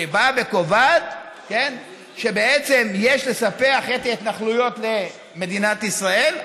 שבאה וקובעת שבעצם יש לספח את ההתנחלויות למדינת ישראל,